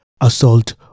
assault